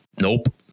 nope